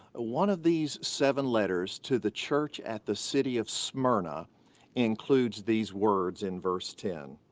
ah one of these seven letters to the church at the city of smyrna includes these words in verse ten.